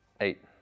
eight